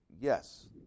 yes